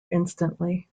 instantly